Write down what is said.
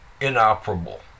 inoperable